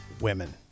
women